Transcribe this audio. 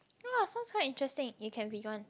ah sounds quite interesting it can be gone